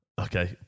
Okay